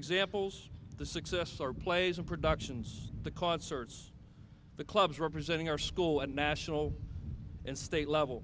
examples of the success our plays in productions the concerts the clubs representing our school and national and state level